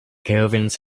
caravans